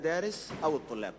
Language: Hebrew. בבתי-הספר ובתלמידים